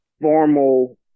formal